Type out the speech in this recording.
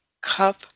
cup